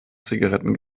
zigaretten